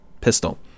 pistol